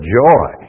joy